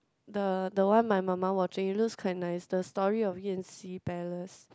the the one my mama watching looks quite nice the story of Yan-Xi Palace